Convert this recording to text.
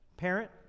Parent